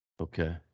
Okay